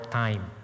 time